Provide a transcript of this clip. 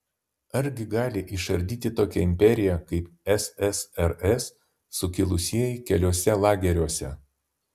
argi gali išardyti tokią imperiją kaip ssrs sukilusieji keliuose lageriuose